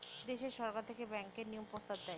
দেশে সরকার থেকে ব্যাঙ্কের নিয়ম প্রস্তাব দেয়